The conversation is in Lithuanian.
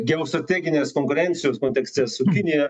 geostrateginės konkurencijos kontekste su kinija